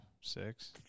six